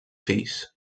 fills